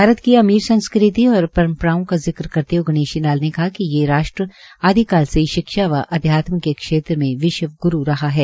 भारत की अमीर संस्कृति और परम्पराओं का जिक्र करते हए गणेशी लाल ने कहा कि ये राष्ट्र आदिकाल से ही शिक्षा व अध्यात्म के क्षेत्र में विश्व ग्रू रहा है